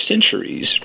centuries